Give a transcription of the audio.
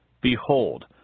behold